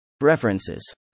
References